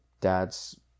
dad's